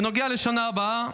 בנוגע לשנה הבאה,